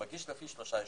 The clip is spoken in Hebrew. הוא מגיש לפי שלושה ישובים.